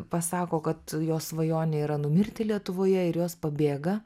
pasako kad jos svajonė yra numirti lietuvoje ir jos pabėga